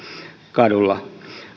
kadulla